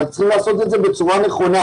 רק צריכים לעשות את זה בצורה נכונה.